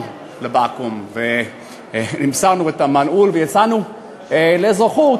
לבקו"ם ומסרנו את המנעול ויצאנו לאזרחות.